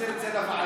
שנחזיר את זה לוועדה?